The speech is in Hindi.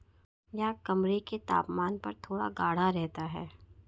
यह कमरे के तापमान पर थोड़ा गाढ़ा रहता है